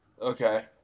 Okay